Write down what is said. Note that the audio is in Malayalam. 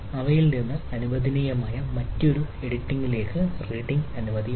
അവയിൽ നിന്ന് അനുവദനീയമായ മറ്റൊരു എഡിറ്റിംഗിലേക്ക് റീഡിങ് അനുമതിയുണ്ട്